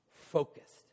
Focused